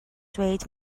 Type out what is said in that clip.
dweud